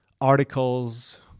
articles